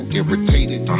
irritated